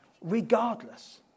regardless